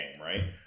right